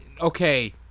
okay